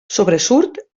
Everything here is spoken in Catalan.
sobresurt